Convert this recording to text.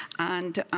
and